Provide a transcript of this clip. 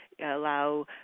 allow